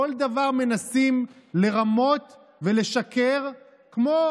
בכל דבר מנסים לרמות ולשקר, כמו